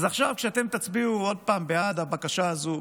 אז עכשיו, כשאתם תצביעו עוד פעם בעד הבקשה הזאת,